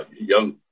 young